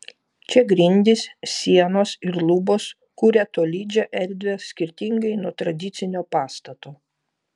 čia grindys sienos ir lubos kuria tolydžią erdvę skirtingai nuo tradicinio pastato